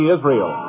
Israel